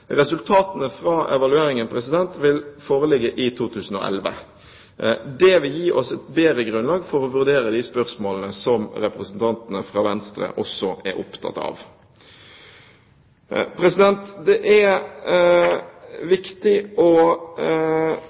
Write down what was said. Resultatene fra evalueringen vil foreligge i 2011. Det vil gi oss et bedre grunnlag for å vurdere de spørsmålene som representantene fra Venstre også er opptatt av. Det er viktig å